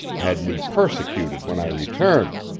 had me persecuted when i returned.